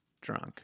Drunk